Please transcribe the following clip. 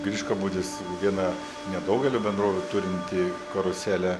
griškabūdis viena nedaugelių bendrovių turinti karuselę